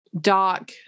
Doc